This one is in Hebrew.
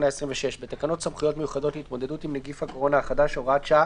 תקנות סמכויות מיוחדות להתמודדות עם נגיף הקורונה החדש (הוראת שעה)